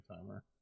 timer